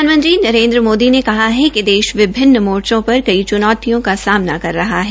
प्रधानमंत्री नरेन्द्र मोदी ने कहा है कि देश विभिन्न मोर्चो पर बहत साली च्नौतियों का सामना कर रहा है